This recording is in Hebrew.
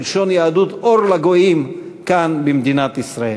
כלשון היהדות: אור לגויים, כאן, במדינת ישראל.